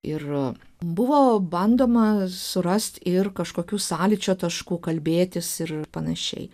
ir buvo bandoma surasti ir kažkokių sąlyčio taškų kalbėtis ir panašiai